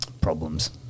problems